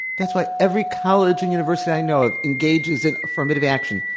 it's like every college and university i know of engages in affirmative action.